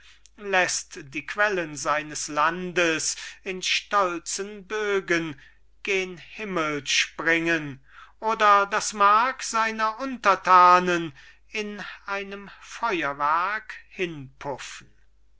wildnissen läßt die quellen seines landes in stolzen bögen gen himmel springen oder das mark seiner unterthanen in einem feuerwerk